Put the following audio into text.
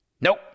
Nope